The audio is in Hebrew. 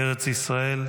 ארץ-ישראל,